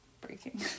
breaking